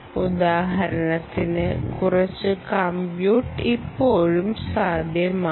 ഉദാഹരണത്തിന് കുറച്ച് കമ്പ്യൂട്ട് ഇപ്പോഴും സാധ്യമാണ്